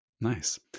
Nice